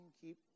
Keep